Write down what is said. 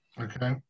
Okay